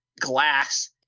Glass